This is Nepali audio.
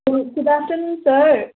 गु गुड आफ्टरनुन सर